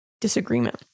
disagreement